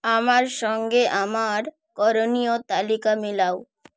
আমার সঙ্গে আমার করণীয় তালিকা মিলাও